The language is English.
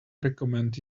recommend